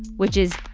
which is